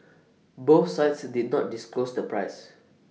both sides did not disclose the price